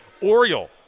Oriole